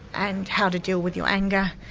and how to deal with your anger.